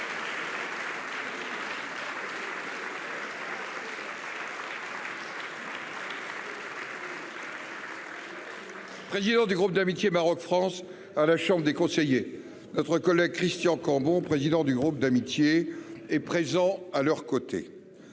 Président du groupe d'amitié Maroc-France à la Chambre des conseillers, notre collègue Christian Cambon, président du groupe d'amitié et présent à leurs côtés.